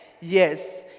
Yes